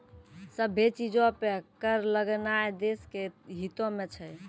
सभ्भे चीजो पे कर लगैनाय देश के हितो मे छै